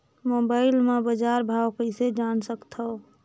Mobile म बजार भाव कइसे जान सकथव?